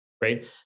right